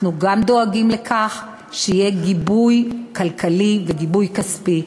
אנחנו גם דואגים לכך שיהיה גיבוי כלכלי וגיבוי כספי.